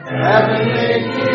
heavenly